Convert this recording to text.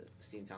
Steamtown